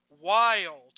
wild